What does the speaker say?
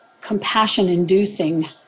compassion-inducing